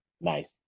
nice